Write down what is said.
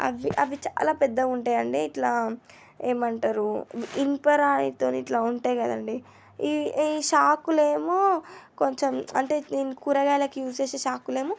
అవి అవి చాలా పెద్దగా ఉంటాయండి ఇట్లా ఏమంటారు ఇనప రాయితోని ఇట్లా ఉంటాయి కదండి ఈ ఈ చాకులేమో కొంచెం అంటే నేను కూరగాయలకి యూస్ చేసే చాకులేమో